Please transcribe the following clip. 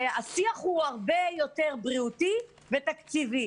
שהשיח הוא הרבה יותר בריאותי ותקציבי.